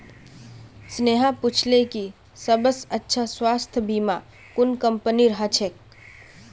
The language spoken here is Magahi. स्नेहा पूछले कि सबस अच्छा स्वास्थ्य बीमा कुन कंपनीर ह छेक